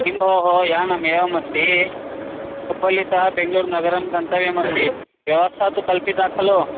किं भोः यानमेवमस्ति हुब्बल्लितः बेङ्गलूर्नगरं गन्तव्यमस्ति व्यवस्था तु कल्पिता खलु